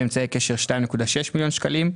אמצעי קשר ב-2.6 מיליון שקלים.